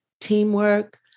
teamwork